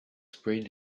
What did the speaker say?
sprayed